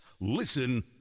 Listen